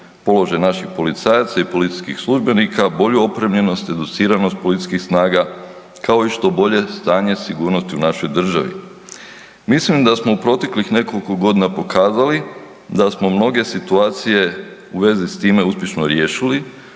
položaj naših policajaca i policijskih službenika, bolju opremljenost, educiranost policijskih snaga, kao i što bolje stanje sigurnosti u našoj državi. Mislim da smo u proteklih nekoliko godina pokazali da smo mnoge situacije u vezi s time uspješno riješili